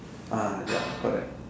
ah ya correct